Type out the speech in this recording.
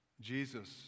jesus